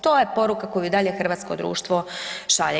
To je poruka koju i dalje hrvatsko društvo šalje.